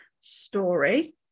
story